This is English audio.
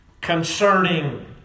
concerning